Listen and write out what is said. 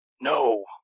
No